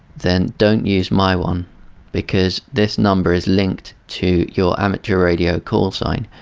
then don't use my one because this number is linked to your amateur radio callsign.